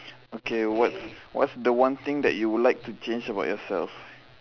okay what's what's the one thing that you would like to change about yourself